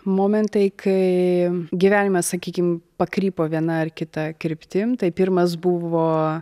momentai kai gyvenime sakykim pakrypo viena ar kita kryptim tai pirmas buvo